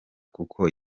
kuko